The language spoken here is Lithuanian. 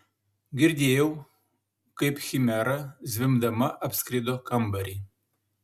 girdėjau kaip chimera zvimbdama apskrido kambarį